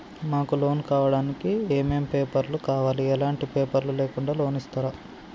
మాకు లోన్ కావడానికి ఏమేం పేపర్లు కావాలి ఎలాంటి పేపర్లు లేకుండా లోన్ ఇస్తరా?